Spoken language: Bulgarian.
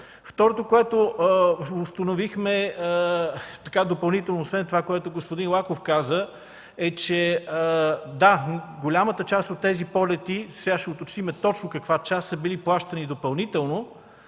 Второто, което установихме допълнително, освен това, което господин Лаков каза, е, че голяма част от тези полети, сега ще уточним точно каква, са били плащани допълнително